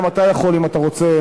גם אתה יכול, אם אתה רוצה.